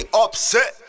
upset